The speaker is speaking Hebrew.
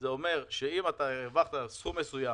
זה אומר שאם הרווחת סכום מסוים